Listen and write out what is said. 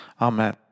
Amen